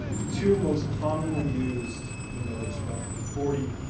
the two most commonly used, even though there's roughly forty,